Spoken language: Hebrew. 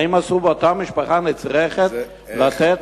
האם אסור לאותה משפחה נצרכת, לתת